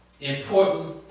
important